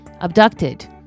abducted